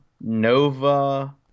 Nova